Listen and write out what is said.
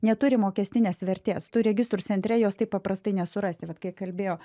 neturi mokestinės vertės tu registrų centre jos taip paprastai nesurasi bet kai kalbėjo